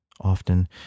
Often